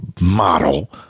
model